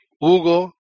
Hugo